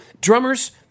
drummers